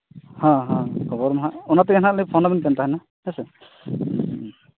ᱦᱚᱸ ᱦᱚᱸ ᱠᱷᱚᱵᱚᱨ ᱦᱟᱸᱜ ᱚᱱᱟ ᱛᱮᱜᱮ ᱞᱮ ᱯᱷᱳᱱᱟᱵᱤᱱ ᱠᱟᱱ ᱛᱟᱦᱮᱱᱟ ᱦᱮᱸᱥᱮ